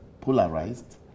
polarized